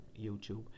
YouTube